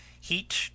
heat